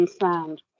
sound